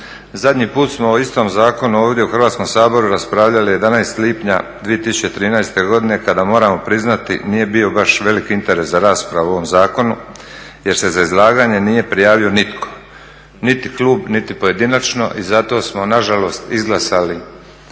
Zadnji put smo o istom zakonu ovdje u Hrvatskom saboru raspravljali 11. lipnja 2013. godine kada moramo priznati nije bio baš velik interes za raspravu o ovom zakonu jer se za izlaganje nije prijavio nitko, niti klub, niti pojedinačno i zato smo nažalost izglasali